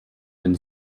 den